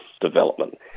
development